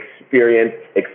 experience